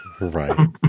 Right